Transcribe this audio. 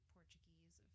Portuguese